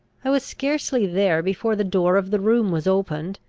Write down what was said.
i was scarcely there before the door of the room was opened,